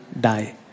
die